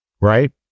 right